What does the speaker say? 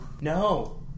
No